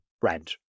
brand